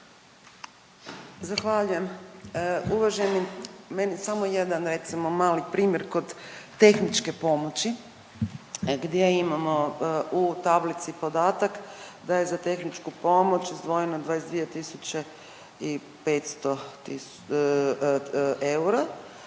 Zahvaljujem. Uvaženi, meni samo jedan recimo mali primjer kod tehničke pomoći gdje imamo u tablici podatak da je za tehničku pomoć izdvojeno 22.500 eura,